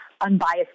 unbiased